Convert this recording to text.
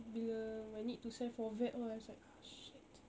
bila I need to send for vet lah I was like ah shit